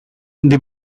the